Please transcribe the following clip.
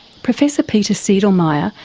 professor peter sedlmeier,